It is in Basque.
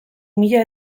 mila